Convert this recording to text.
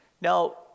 Now